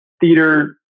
theater